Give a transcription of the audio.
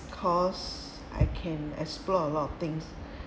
course I can explore a lot of thing